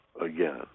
again